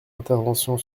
intervention